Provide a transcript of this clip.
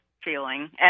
feeling